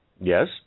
Yes